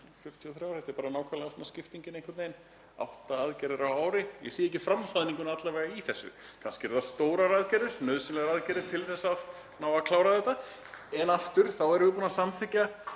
43, þetta er bara nákvæmlega svona skiptingin einhvern veginn, átta aðgerðir á ári. Ég sé ekki framhlaðninguna alla vega í þessu. Kannski eru það stórar aðgerðir, nauðsynlegar aðgerðir til þess að ná að klára þetta. En aftur erum við búin að samþykkja